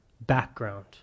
background